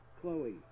Chloe